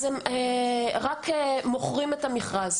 אז הם רק מוכרים את המכרז.